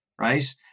right